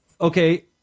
okay